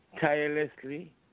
tirelessly